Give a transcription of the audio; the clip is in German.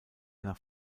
nach